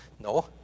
No